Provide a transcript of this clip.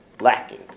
lacking